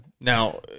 now